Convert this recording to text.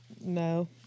No